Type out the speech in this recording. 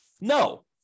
No